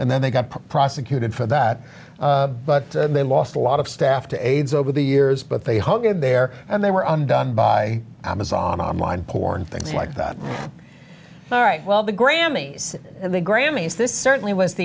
and then they got prosecuted for that but they lost a lot of staff to aides over the years but they hung in there and they were undone by amazon online porn things like that all right well the grammys and the grammys this certainly w